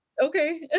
okay